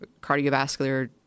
cardiovascular